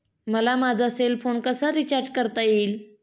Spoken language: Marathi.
मला माझा सेल फोन कसा रिचार्ज करता येईल?